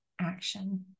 action